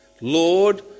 Lord